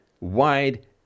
wide